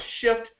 shift